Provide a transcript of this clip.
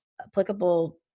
applicable